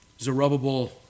Zerubbabel